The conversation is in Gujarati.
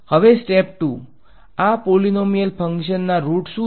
હવે સ્ટેપ ટુ આ પોલીનોમીયલ ફંકશન્સ ના રુટ શું છે